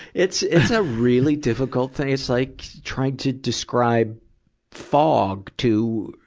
it's, it's a really difficult thing. it's like trying to describe fog to,